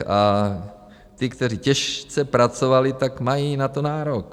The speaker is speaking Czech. A ti, kteří těžce pracovali, tak mají na to nárok.